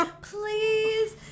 Please